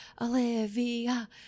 Olivia